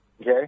Okay